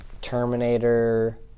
Terminator